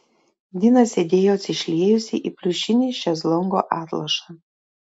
dina sėdėjo atsišliejusi į pliušinį šezlongo atlošą